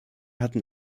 hatten